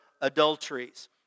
adulteries